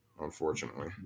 unfortunately